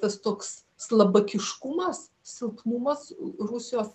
tas toks slabakiškumas silpnumas rusijos